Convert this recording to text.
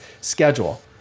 schedule